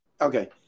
Okay